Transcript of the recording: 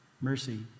Mercy